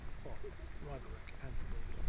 thought roderick anthony.